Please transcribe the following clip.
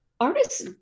artists